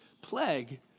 plague